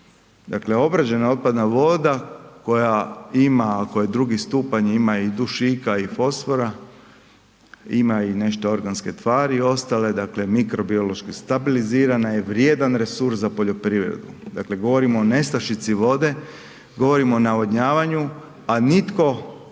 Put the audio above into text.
dakle obrađena otpadna voda koja ima, ako je 2 stupanj ima i dušika i fosfora ima i nešto organske tvari ostale dakle mikrobiološki stabilizirana je vrijedan resurs za poljoprivredu. Dakle, govorimo o nestašici vode, govorimo o navodnjavanju, a nitko